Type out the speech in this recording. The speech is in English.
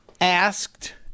asked